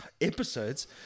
Episodes